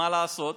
מה לעשות,